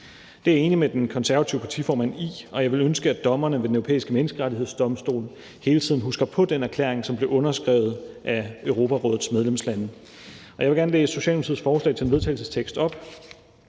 Det er jeg enig med den konservative partiformand i, og jeg ville ønske, at dommerne ved Den Europæiske Menneskerettighedsdomstol hele tiden husker på den erklæring, som blev underskrevet af Europarådets medlemslande. Og jeg vil gerne læse Socialdemokratiets forslag til en vedtagelsestekst op: